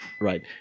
right